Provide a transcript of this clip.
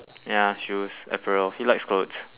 ya shoes apparel he likes clothes